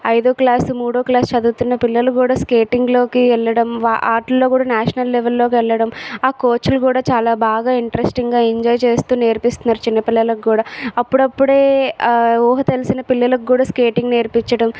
ఐదో క్లాస్ మూడో క్లాస్ చదువుతున్న పిల్లలు కూడా స్కేటింగ్లోకి వెళ్ళడం ఆటల్లో కూడా నేషనల్ లెవెల్లోకి వెళ్ళడం ఆ కోచులు కూడా చాలా బాగా ఇంట్రెస్టింగ్గా ఎంజాయ్ చేస్తు నేర్పిస్తున్నారు చిన్న పిల్లలకు కూడా అప్పుడప్పుడే ఊహ తెలిసిన పిల్లలు కూడా స్కేటింగ్ నేర్పించడం